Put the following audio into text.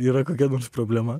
yra kokia nors problema